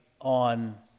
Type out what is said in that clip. on